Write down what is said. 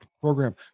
program